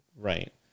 right